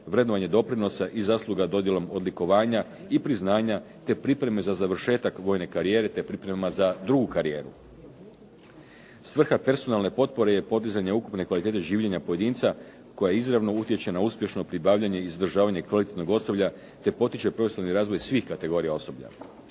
vrednovanje doprinosa i zasluga dodirom odlikovanja i priznanja te pripreme za završetak vojne karijere te pripremama za drugu karijeru. Svrha personalne potpore je podizanje ukupne kvalitete življenja pojedinca koja izravno utječe na uspješno pribavljanje, izdržavanje kvalitetnog osoblja, te potiče profesionalni razvoj svih kategorija osoblja.